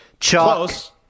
Close